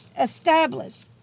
established